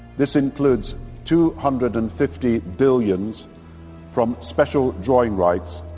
this includes two hundred and fifty billions from special drawing rights,